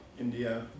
India